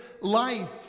life